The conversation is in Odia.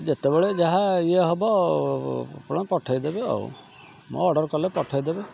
ଯେତେବେଳେ ଯାହା ଇଏ ହେବ ଆପଣ ପଠାଇଦେବେ ଆଉ ମୁଁ ଅର୍ଡ଼ର୍ କଲେ ପଠାଇଦେବେ